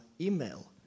email